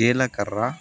జీలకర్ర